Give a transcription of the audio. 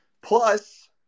plus